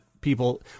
people